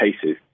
cases